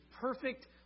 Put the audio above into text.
perfect